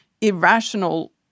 irrational